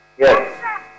Yes